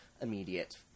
immediate